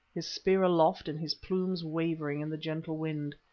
his spear aloft and his plumes wavering in the gentle wind.